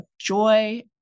joy